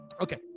okay